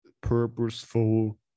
purposeful